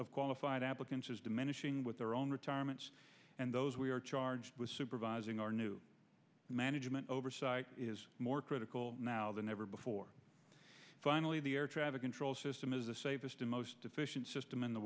of qualified applicants is diminishing with their own retirements and those we are charged with supervising our new management oversight is more critical now than ever before finally the air traffic control system is the safest and most efficient system in the